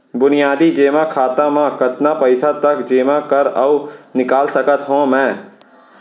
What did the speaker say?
बुनियादी जेमा खाता म कतना पइसा तक जेमा कर अऊ निकाल सकत हो मैं?